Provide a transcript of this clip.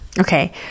Okay